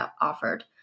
offered